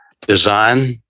design